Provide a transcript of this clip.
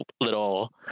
little